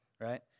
right